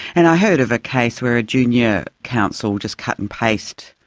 and i heard of a case where a junior counsel just cut and paste,